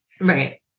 Right